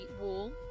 wall